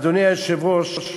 אדוני היושב-ראש,